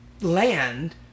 Land